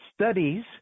studies